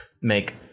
make